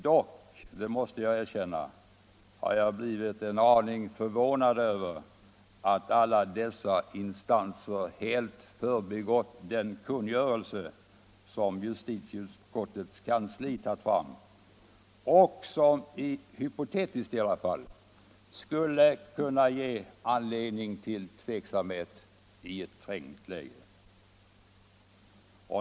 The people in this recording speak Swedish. Dock, det måste jag erkänna, har jag blivit en aning förvånad över att alla dessa instanser helt förbigått den kungörelse som justitieutskottets kansli tagit fram och som i varje fall hypotetiskt skulle kunna ge anledning till tveksamhet i ett trängt läge.